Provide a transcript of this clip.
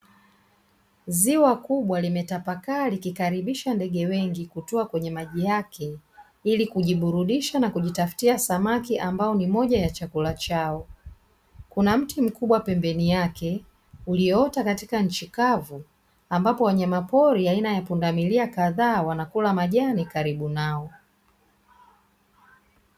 Ziwa kubwa limetapakaa likikaribisha ndege wengi kutua kwenye maji yake ili kujiburudisha na kujitafutia samaki ambao ni moja ya chakula chao. Kuna mti mkubwa pembeni yake ulioota katika nchi kavu ambapo wanyamapori aina ya pundamilia kadhaa wanakula majani karibu nao.